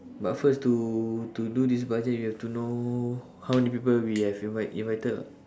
but first to to do this budget you have to know how many people we have invite~ invited lah